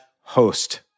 host